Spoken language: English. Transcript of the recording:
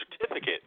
certificate